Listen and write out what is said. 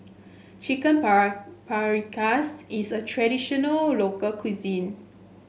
Chicken Paprikas is a traditional local cuisine